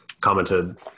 commented